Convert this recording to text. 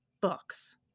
books